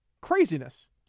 craziness